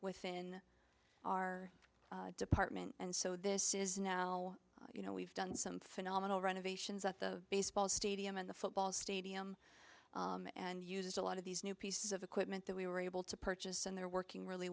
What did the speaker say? within our department and so this is now you know we've done some phenomenal renovations at the baseball stadium and the football stadium and uses a lot of these new pieces of equipment that we were able to purchase and they're working really